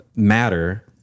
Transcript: matter